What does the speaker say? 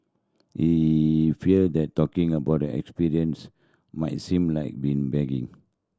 he feared that talking about the experience might seem like been bragging